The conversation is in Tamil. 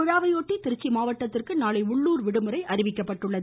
விழாவையொட்டி திருச்சி மாவட்டத்திற்கு நாளை உள்ளுர் விடுமுறை அறிவிக்கப்பட்டுள்ளது